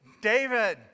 David